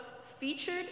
featured